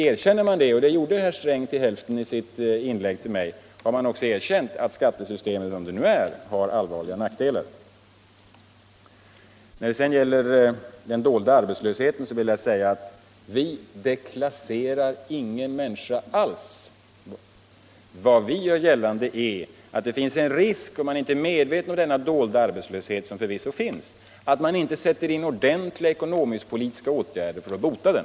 Erkänner man det — och det gjorde herr Sträng till hälften i sitt inlägg till mig — så har man också erkänt att skattesystemet, sådant det nu är, har all varliga nackdelar. Vad slutligen gäller den dolda arbetslösheten vill jag säga att vi deklasserar ingen människa. Vad vi gör gällande är att det finns en risk, om man inte är medveten om denna dolda arbetslöshet som förvisso finns, att man inte sätter in ordentliga ekonomisk-politiska åtgärder för att bota den.